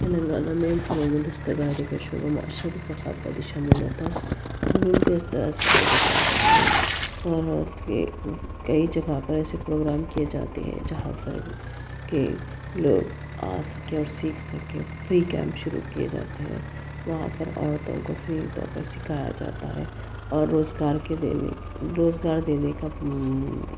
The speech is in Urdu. تلنگانہ میں قومی دستکاری کے معاشی ثقافتی شمولیتوں کو اس طرح سے فروغ دیتا ہے کہ اور کئی جگہ پر ایسے پروگرام کیے جاتے ہیں جہاں پر کہ لوگ آ سکیں اور سیکھ سکیں فری کیمپ شروع کیے جاتے ہیں وہاں پر عورتوں کو فری طور پر سکھایا جاتا ہے اور روزگار دینے کا